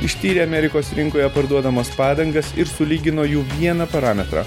ištyrė amerikos rinkoje parduodamas padangas ir sulygino jų vieną parametrą